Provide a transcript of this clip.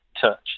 touch